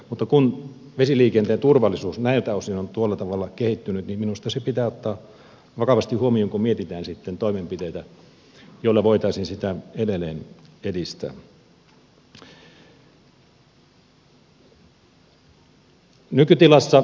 mutta kun vesiliikenteen turvallisuus näiltä osin on tuolla tavalla kehittynyt niin minusta se pitää ottaa vakavasti huomioon kun mietitään sitten toimenpiteitä joilla voitaisiin sitä edelleen edistää